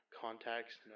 contacts